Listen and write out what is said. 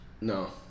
No